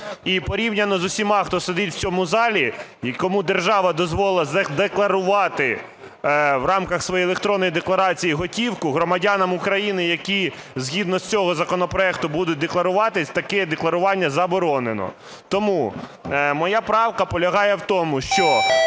І порівняно з усіма, хто сидить у цьому залі, кому держава дозволила задекларувати в рамках своєї електронної декларації готівку, громадянам України, які згідно цього законопроекту будуть декларуватися, таке декларування заборонено. Тому моя правка полягає в тому, що